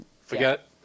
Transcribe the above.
forget